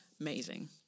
Amazing